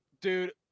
Dude